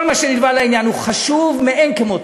כל מה שנלווה לעניין הוא חשוב מאין כמותו,